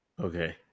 Okay